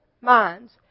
minds